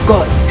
God